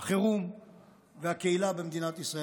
החירום והקהילה במדינת ישראל.